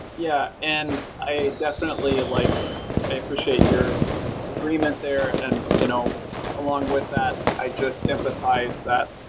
yeah. and i definitely like i appreciate your agreement there, and you know along with that, i just emphasized that,